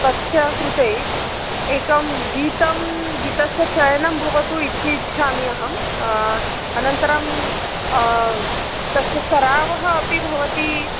तस्य कृते एकं गीतं गीतस्य चयनं भवतु इति इच्छामि अहम् अनन्तरं तस्य स्रावः अपि भवती